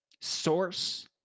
source